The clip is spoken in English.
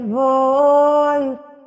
voice